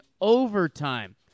overtime